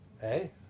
Hey